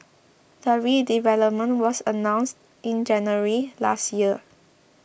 the redevelopment was announced in January last year